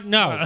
no